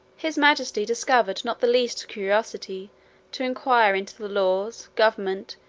his majesty discovered not the least curiosity to inquire into the laws, government,